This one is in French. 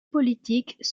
politiques